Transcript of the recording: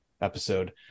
episode